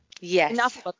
yes